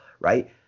right